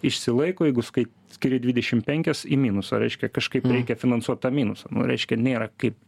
išsilaiko jeigu skai skiri dvidešim penkias į minusą reiškia kažkaip reikia finansuot tą minusą nu reiškia nėra kaip